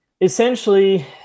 essentially